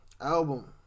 album